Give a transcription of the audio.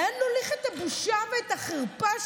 לאן הולכות הבושה והחרפה,